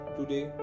today